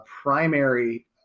primary